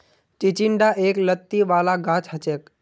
चिचिण्डा एक लत्ती वाला गाछ हछेक